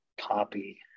Copy